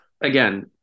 again